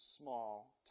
small